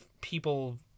people